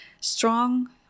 strong